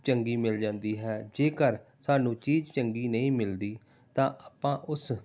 ਚੰਗੀ ਮਿਲ ਜਾਂਦੀ ਹੈ ਜੇਕਰ ਸਾਨੂੰ ਚੀਜ਼ ਚੰਗੀ ਨਹੀਂ ਮਿਲਦੀ ਤਾਂ ਆਪਾਂ ਉਸ